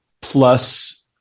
plus